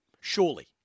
Surely